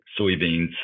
soybeans